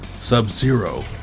Sub-Zero